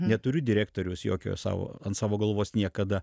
neturiu direktoriaus jokio sau ant savo galvos niekada